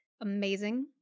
Amazing